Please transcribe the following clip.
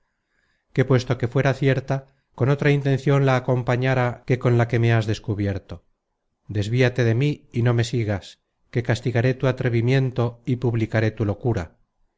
que puesto que fuera cierta con otra intencion la acompañára que con la que me has descubierto desvíate de mí y no me sigas que castigaré tu atrevimiento y publicaré tu locura